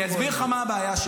אני אסביר לך מה הבעיה שלי.